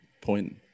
point